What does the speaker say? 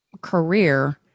career